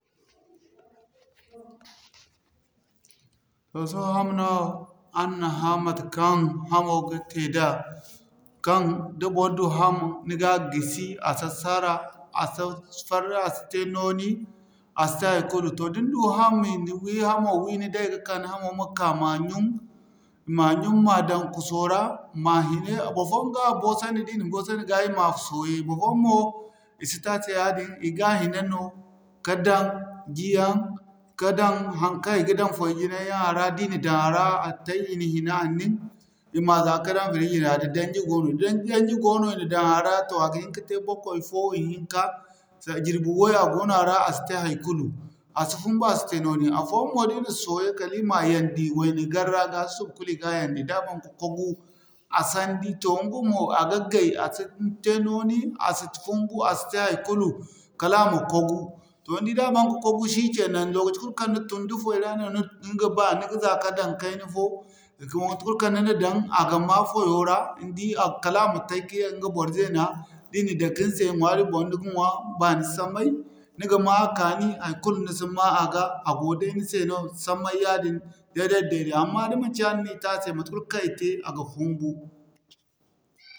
Toh sohõ ham no araŋ na hã matekaŋ hamo ga te da kaŋ da bor du ham ni ga gisi a si sara, a si farre a si te nooni, a si te haikulu. Toh da ni du ham wala ni wi ni day ka'ka ni hamo ma ka ma ɲyun ma dan kuso ra ma hina boroyaŋ ga boosa ndi. Di na boosa ndi ga i ma sooye, barfoyaŋ mo i si te a se yaadin, i gan hina no ka daŋ jii yaŋ ka daŋ haŋkaŋ i ga daŋ foy jinay yaŋ a ra di na daŋ a ra a tay i na hina a nin i ma za ka dan firji ra da daŋji goono. Da daŋji goono i na daŋ a ra a ga hin ka te bakoy fo i hinka jirbi way a goono a ra a si te haikulu a si fumbu a si te nooni. Afooyaŋ mo da i na sooye kala i ma yandi wayna-garra ga si kulu i ga yandi da ban ka kogu a sandi toh ɲga mo a ga gay a site nooni, a si fumbu a si te haikulu kala a ma kogu. Toh ni di da ban ka kogu shikenan lokaci kulu kaŋ ni tun da foy ra no ni ga ba ni ga za ka daŋ kayna fo. Toh mate kul kaŋ ni na daŋ a ga ma foyo ra ni di kala a ma tay kaye ɲga bor zeena di na dake ni se ɲwaari boŋ ni ga ɲwaa baani samay ni ga ma a kaani. Haikulu ni si ma a ga a go day ni se no samay yadin day-day beeri amma da manci yaadin no i te a se mate kul kaŋ i te a ga fumbu.